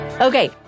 Okay